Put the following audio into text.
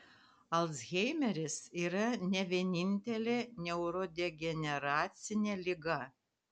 alzheimeris yra ne vienintelė neurodegeneracinė liga